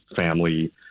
family